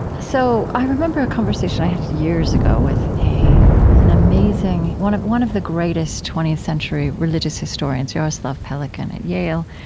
so, i remember a conversation i had years ago with an amazing one one of the greatest twentieth century religious historians jaroslav pelikan at yale.